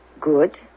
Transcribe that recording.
good